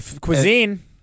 Cuisine